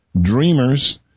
DREAMers